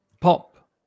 Pop